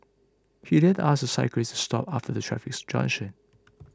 he then asked the cyclist to stop after the traffic junction